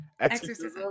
exorcism